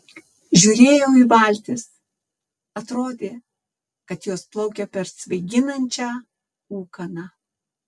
žiūrėjau į valtis atrodė kad jos plaukia per svaiginančią ūkaną